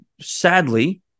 sadly